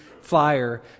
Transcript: flyer